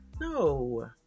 no